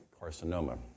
carcinoma